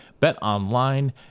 BetOnline